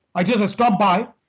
i just stop by,